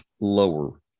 lower